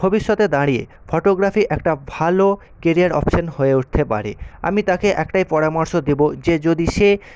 ভবিষ্যতে দাঁড়িয়ে ফটোগ্রাফি একটা ভালো কেরিয়ার অপশন হয়ে উঠতে পারে আমি তাকে একটাই পরামর্শ দেবো যে যদি সে